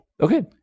Okay